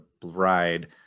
bride